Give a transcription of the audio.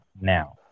now